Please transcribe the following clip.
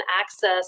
access